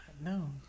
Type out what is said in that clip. No